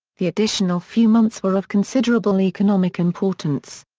the additional few months were of considerable economic importance.